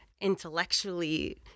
intellectually